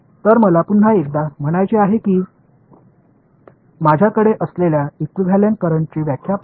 तर मला पुन्हा एकदा म्हणायचे आहे की माझ्याकडे असलेल्या इक्विव्हॅलेंट करंटची व्याख्या पहा